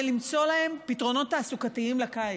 זה למצוא להם פתרונות תעסוקתיים לקיץ.